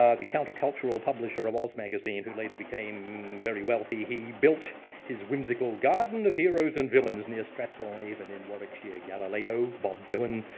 um the countercultural publisher of oz magazine who later became very wealthy. he built his whimsical garden of heroes and villains, near stratford-upon-avon in warkwickshire. gallileo, bob dylan,